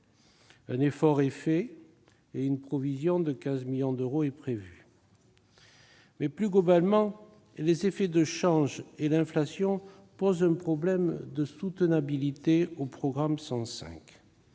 Un effort est fait, et une provision de 15 millions d'euros est prévue. Plus globalement, les effets de change et l'inflation posent un problème de soutenabilité au programme 105.